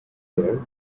air